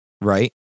right